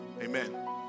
Amen